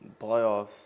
Playoffs